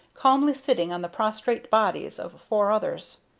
calmly sitting on the prostrate bodies of four others,